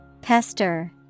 Pester